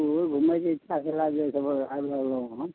ई घुमैके इच्छा छलै जे एहिसब जगह आबि रहलहुँ हँ